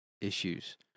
issues